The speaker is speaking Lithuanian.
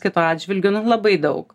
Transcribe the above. kito atžvilgiu nu labai daug